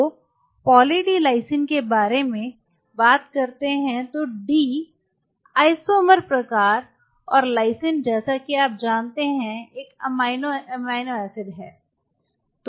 तो poly D lysine के बारे में बात करते हैं तो डी आईसोमर प्रकार और लाइसिन जैसा कि आप जानते हैं एक एमिनो एसिड है